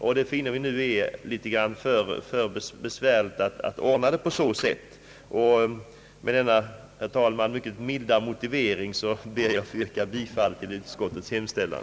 Utskottet finner det litet för besvärligt att sådana frågor löses på det sättet. Herr talman! Med denna mycket milda motivering ber jag att få yrka bifall till utskottets hemställan.